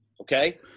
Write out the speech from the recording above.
Okay